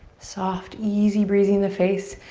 soft, easy breezy in the face.